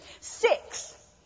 six